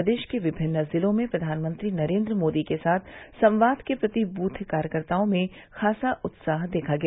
प्रदेश के विभिन्न जिलों में प्रधानमंत्री नरेन्द्र मोदी के साथ संवाद के प्रति बूथ कार्यकर्ताओं में खासा उत्साह देखा गया